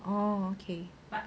orh okay